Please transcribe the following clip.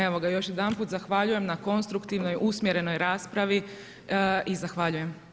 Evo ga, još jedanput zahvaljujem na konstruktivnoj usmjerenoj raspravi i zahvaljujem.